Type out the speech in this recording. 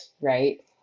right